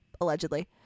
allegedly